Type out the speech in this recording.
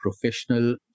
professional